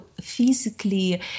physically